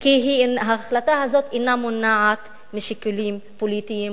כי ההחלטה הזאת אינה מונעת משיקולים פוליטיים,